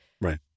Right